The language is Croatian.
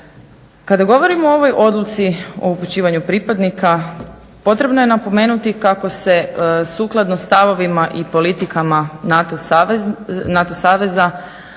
Kada govorimo o ovoj odluci, o upućivanju pripadnika, potrebno je napomenuti kako se sukladno stavovima i politikama NATO saveza